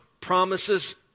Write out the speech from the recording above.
promises